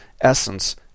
essence